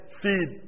feed